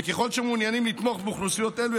וככל שמעוניינים לתמוך באוכלוסיות אלה,